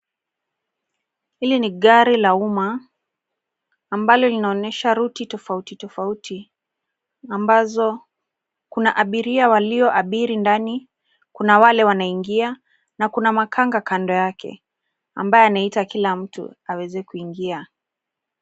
Hili ni gari la umma ambalo linaonyesha ruti tofautitofauti ambazo kuna abiria walioabiri ndani, kuna wale wanaingia na kuna makanga kando yake ambaye anaita kila mtu aweze kuingia.